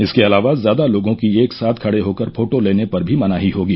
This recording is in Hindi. इसके अलावा ज्यादा लोगों की एक साथ खड़े होकर फोटो लेने पर भी मनाही होगी